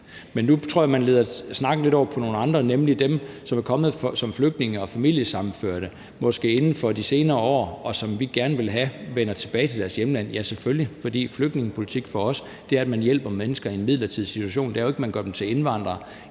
Men nu tror jeg, at man leder snakken lidt over på nogle andre, nemlig dem, som er kommet som flygtninge og familiesammenførte, måske inden for de senere år, og som vi gerne vil have vender tilbage til deres hjemland, ja, selvfølgelig, for flygtningepolitik for os er, at man hjælper mennesker i en midlertidig situation. Det er jo ikke, at man gør dem til indvandrere